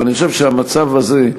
אבל אני חושב שהמצב הזה,